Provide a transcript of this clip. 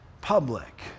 public